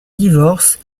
divorce